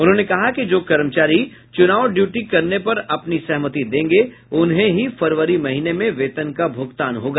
उन्होंने कहा कि जो कर्मचारी चुनाव ड्यूटी करने पर अपनी सहमति देंगे उन्हें ही फरवरी महीने में वेतन का भुगतान होगा